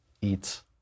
eats